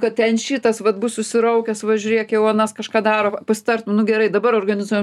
kad ten šitas vat bus susiraukęs va žiūrėk jau anas kažką daro pasitart nu gerai dabar organizuojam